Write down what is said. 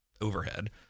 overhead